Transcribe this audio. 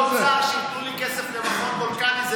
דיברתי עם האוצר שייתנו לי כסף למכון וולקני.